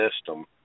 system